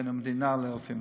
בין המדינה לרופאים.